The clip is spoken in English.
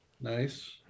Nice